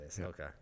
Okay